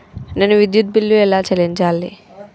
నేను విద్యుత్ బిల్లు ఎలా చెల్లించాలి?